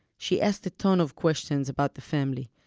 she asked a ton of questions about the family,